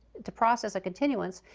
to process a continuance,